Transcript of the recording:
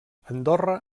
andorra